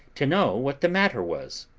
to know what the matter was.